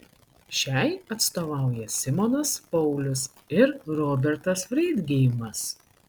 šiai atstovauja simonas paulius ir robertas freidgeimas